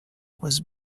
was